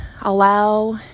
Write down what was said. allow